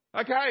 okay